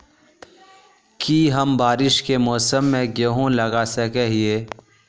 की हम बारिश के मौसम में गेंहू लगा सके हिए?